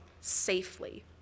safely